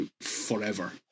forever